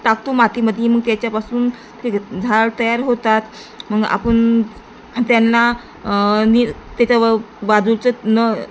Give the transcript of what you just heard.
टाकतो मातीमध्ये मग त्याच्यापासून ते झाड तयार होतात मग आपण त्यांना नि त्याच्या बाजूचं न